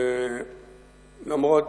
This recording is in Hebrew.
למרות